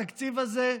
התקציב הזה,